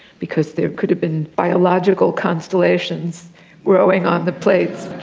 because there could have been biological constellations growing on the plates.